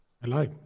Hello